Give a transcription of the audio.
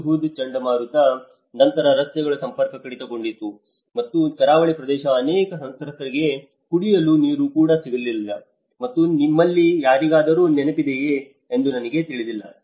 ಹುದ್ಹುದ್ ಚಂಡಮಾರುತದ ನಂತರ ರಸ್ತೆಗಳ ಸಂಪರ್ಕ ಕಡಿತಗೊಂಡಿತು ಮತ್ತು ಕರಾವಳಿ ಪ್ರದೇಶದ ಅನೇಕ ಸಂತ್ರಸ್ತರಿಗೆ ಕುಡಿಯಲು ನೀರು ಕೂಡ ಸಿಕ್ಕಿಲ್ಲ ಎಂದು ನಿಮ್ಮಲ್ಲಿ ಯಾರಿಗಾದರೂ ನೆನಪಿದೆಯೇ ಎಂದು ನನಗೆ ತಿಳಿದಿಲ್ಲ